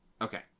Okay